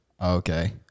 Okay